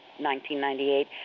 1998